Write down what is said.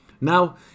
Now